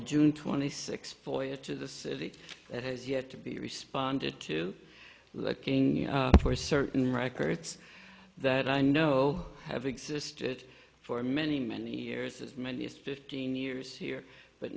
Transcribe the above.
june twenty sixth voyage to the city that has yet to be responded to looking for certain records that i know have existed for many many years as many as fifteen years here but